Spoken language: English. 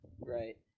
Right